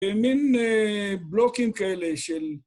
‫מין בלוקים כאלה של...